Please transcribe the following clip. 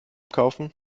kaufen